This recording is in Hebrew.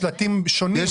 יש שלטים שונים.